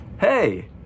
Hey